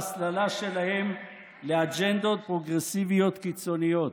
בהסללה שלהם לאג'נדות פרוגרסיביות קיצוניות.